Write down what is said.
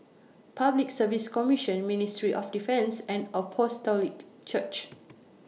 Public Service Commission Ministry of Defence and Apostolic Church